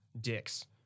dicks